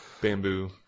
Bamboo